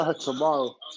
tomorrow